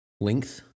length